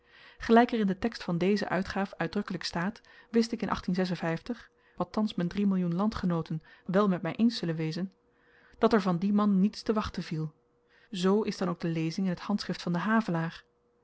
gelyk er in den tekst van deze uitgaaf uitdrukkelyk staat wist ik in althans m'n drie millioen landgenooten wel met my eens zullen wezen dat er van dien man niets te wachten viel z is dan ook de lezing in t hs van den havelaar